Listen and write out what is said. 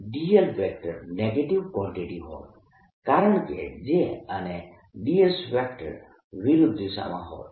dl negative quantity હોત કારણકે J અને dS વિરુદ્ધ દિશામાં હોત